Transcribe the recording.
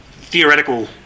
theoretical